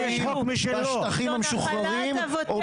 זו נחלת אבותינו.